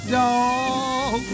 dog